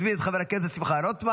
אני מזמין את חבר הכנסת שמחה רוטמן,